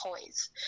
toys